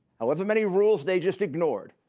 however many rules they just ignored,